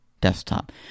desktop